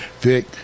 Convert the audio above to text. Vic